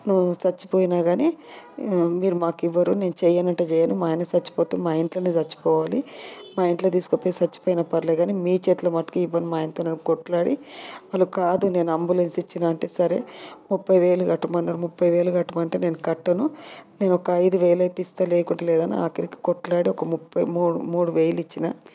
నువ్వు చచ్చిపోయినా కాని మీరు మాకు ఇవ్వరు నేను చేయను అంటే చేయను మా ఆయన చచ్చిపోతే మా ఇంట్లోనే చచ్చిపోవాలి మా ఇంట్లో తీసుకపోయి చచ్చిపోయిన పర్లేదు కాని మీ చేతిలో మటుకు ఇవ్వను మా ఆయనతో కొట్లాడి వాళ్ళు కాదు నేను అంబులెన్స్ ఇచ్చిన అంటే సరే ముప్పై వేలు కట్టమన్నారు ముప్పై వేలు కట్టమంటే నేను కట్టను నేను ఒక ఐదు వేలు అయితే ఇస్తా లేకుంటే లేదని ఆఖరికి కొట్లాడి ఒక ముప్పై మూడు వేలు ఇచ్చిన